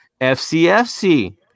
FCFC